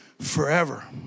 forever